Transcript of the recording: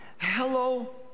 hello